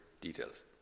details